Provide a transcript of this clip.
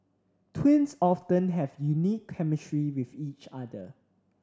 twins often have unique chemistry with each other